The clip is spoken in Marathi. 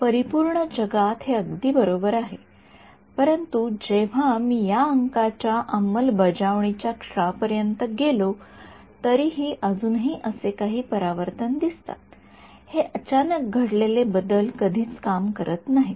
परिपूर्ण जगात हे अगदी बरोबर आहे परंतु जेव्हा मी या अंकाच्या अंमलबजावणीच्या क्षणापर्यंत गेलो तरीही अजूनही असे काही परावर्तन दिसतात हे अचानक घडलेले बदल कधीच काम करत नाहीत